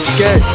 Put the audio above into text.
get